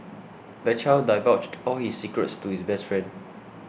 the child divulged all his secrets to his best friend